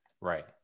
Right